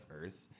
Earth